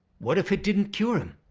what if it didn't cure him?